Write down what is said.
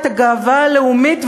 את הגאווה הלאומית,